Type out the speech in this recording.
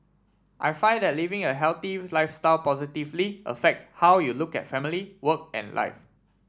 I find that living a healthy lifestyle positively affects how you look at family work and life